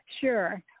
Sure